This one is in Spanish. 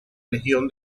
legión